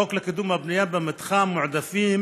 החוק לקידום הבנייה במתחם של מועדפים